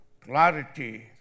clarity